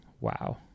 wow